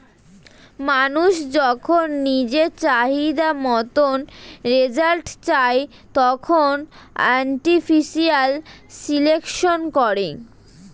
মানুষ যখন নিজের চাহিদা মতন রেজাল্ট চায়, তখন আর্টিফিশিয়াল সিলেকশন করে